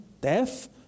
death